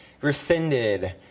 rescinded